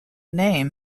name